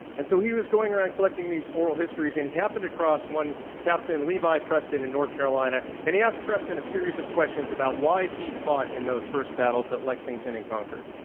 and so, he was going around collecting these oral histories and he happened across one captain levi preston in north carolina and he asked preston a series of questions about why he fought in those first battles at lexington and concord,